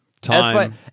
Time